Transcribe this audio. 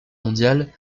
mondiale